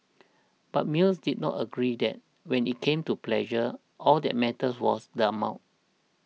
but Mill did not agree that when it came to pleasure all that mattered was the amount